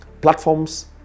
platforms